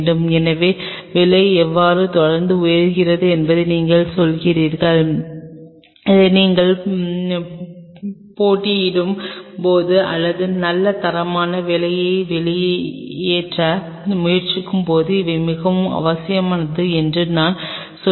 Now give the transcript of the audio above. எனவே விலை எவ்வாறு தொடர்ந்து உயர்கிறது என்பதை நீங்கள் சொல்கிறீர்கள் இவை நீங்கள் போட்டியிடும் போது அல்லது நல்ல தரமான வேலையை வெளியேற்ற முயற்சிக்கும்போது இவை மிகவும் அவசியமானவை என்று நான் சொல்கிறேன்